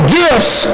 gifts